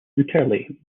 entirely